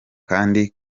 kandi